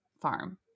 farm